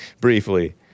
briefly